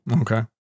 Okay